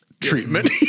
treatment